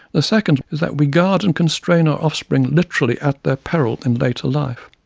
the second is that we guard and constrain our offspring literally at their peril in later life.